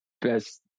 best